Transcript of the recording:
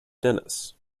dennis